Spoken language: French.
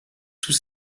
tous